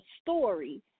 story